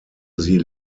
sie